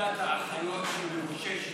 שביתת האחיות שממשמשת ובאה.